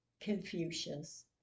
Confucius